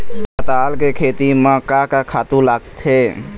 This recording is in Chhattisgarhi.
पताल के खेती म का का खातू लागथे?